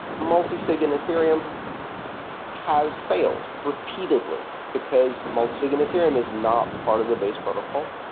multisig in ethereum has failed repeatedly, because multisig in ethereum is not part of the base protocol.